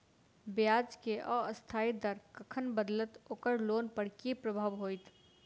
ब्याज केँ अस्थायी दर कखन बदलत ओकर लोन पर की प्रभाव होइत?